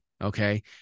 Okay